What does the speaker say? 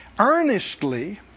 Earnestly